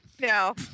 No